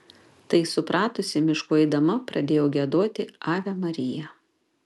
tai supratusi mišku eidama pradėjau giedoti ave maria